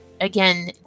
again